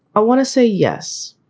i want to say yes,